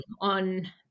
on